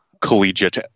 collegiate